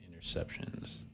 interceptions